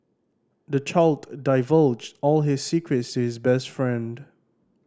the child divulged all his secrets to his best friend